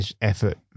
Effort